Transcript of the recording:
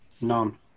None